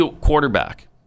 quarterback